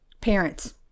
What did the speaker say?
parents